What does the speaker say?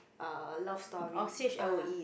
uh love story ah